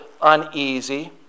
uneasy